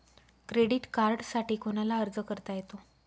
Credit कार्डसाठी कोणाला अर्ज करता येतो?